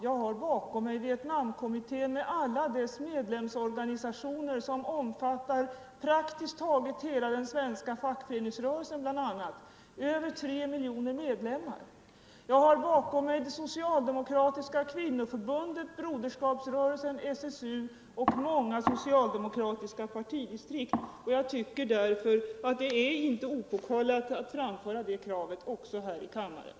Jag har bakom mig Vietnamkommittén med alla dess medlemsorganisationer, som omfattar bl.a. praktiskt taget hela den svenska fackföreningsrörelsen, med över 3 miljoner medlemmar. Jag har bakom mig Socialdemokratiska kvinnoförbundet, Broderskapsrörelsen, SSU och många socialdemokratiska partidistrikt. Jag tycker därför att det inte är opåkallat att framföra kravet också här i kammaren.